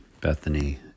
Bethany